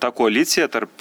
ta koalicija tarp